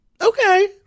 okay